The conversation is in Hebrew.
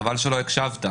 חבל שלא הקשבת.